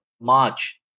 march